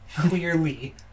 Clearly